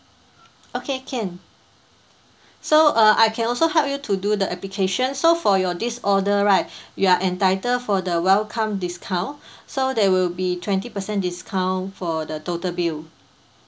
okay can so uh I can also help you to do the application so for your this order right you are entitled for the welcome discount so there will be twenty percent discount for the total bill